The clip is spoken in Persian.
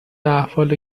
احوال